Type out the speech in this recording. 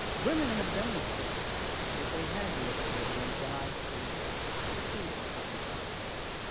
women have demonstrated that they have the ability and drive to succeed in science and engineering.